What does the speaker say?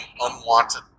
unwanted